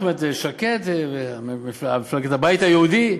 זאת אומרת שקד ומפלגת הבית היהודי,